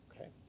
Okay